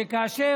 שכאשר